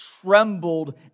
trembled